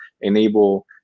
enable